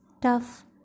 Tough